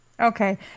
Okay